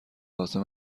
لازم